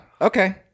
Okay